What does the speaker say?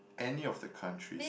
any of the countries